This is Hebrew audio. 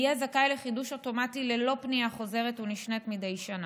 יהיה זכאי לחידוש אוטומטי ללא פנייה חוזרת ונשנית מדי שנה.